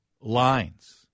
lines